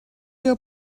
your